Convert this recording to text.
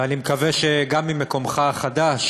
ואני מקווה שגם ממקומך החדש